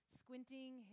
squinting